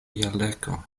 jardeko